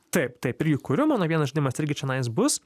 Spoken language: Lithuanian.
taip taip irgi kuriu mano vienas žaidimas irgi čionais bus